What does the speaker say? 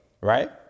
Right